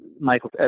Michael